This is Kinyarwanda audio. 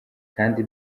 kandi